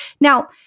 Now